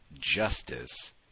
justice